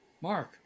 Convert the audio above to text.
Mark